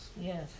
Yes